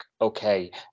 okay